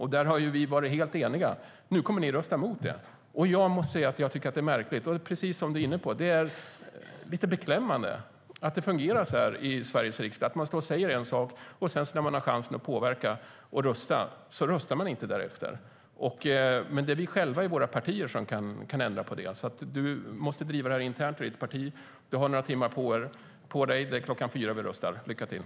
Här har vi varit helt eniga, men nu kommer ni att rösta emot det. Det är märkligt. Precis som du var inne på, Carl Schlyter, är det lite beklämmande att det fungerar så här i Sveriges riksdag, att man säger en sak men inte röstar så när man har chansen att påverka. Men det är bara vi själva som kan ändra på det i våra partier, så du måste driva det internt i ditt parti. Du har några timmar på dig. Vi röstar kl. 16.00. Lycka till!